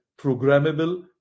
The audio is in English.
programmable